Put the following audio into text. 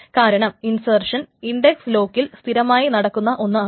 കാരണം insertion index ലോക്കിൽ സ്ഥിരമായി നടക്കുന്ന ഒന്ന് ആണ്